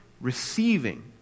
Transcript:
receiving